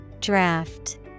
Draft